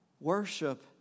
Worship